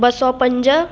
ॿ सौ पंज